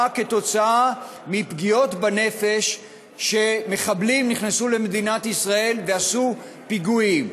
באו כתוצאה מפגיעות בנפש שמחבלים נכנסו למדינת ישראל ועשו פיגועים.